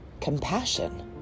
compassion